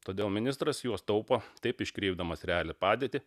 todėl ministras juos taupo taip iškreipdamas realią padėtį